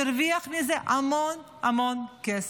שהרוויחה מזה המון המון כסף,